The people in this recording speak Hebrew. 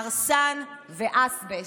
ארסן ואזבסט.